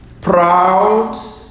proud